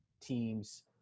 teams